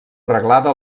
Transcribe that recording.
reglada